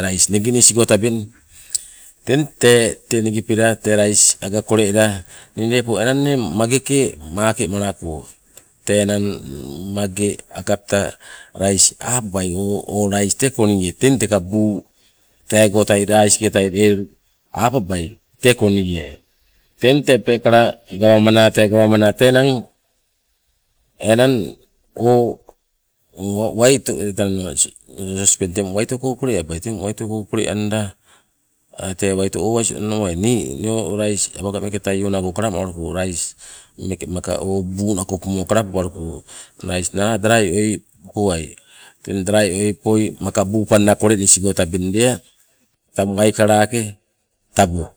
rais nigi nisgo tabeng, teng tee te nigpela tee rais aga kole ela ni lepo mage ke makemalako. Tee enang mage agapta rais apabai o, o rais te koine, teng teka buu teegoitai rais ketai apabai te konie, teng tee peekala gawamana tee gawamana tee enang enang o waito sospeng waitoko koleabai, teng waitoko koleanda tee waito owas onowai. Nii o rais awaga meeke taionago kalamalawaluko, lais meeke maka o buu nagopumogo lepo kalamalawaluko lais nala darai oi poai teng darai oi maka buu tabeng kolenis tabeng lea, tang waikalake, tabo.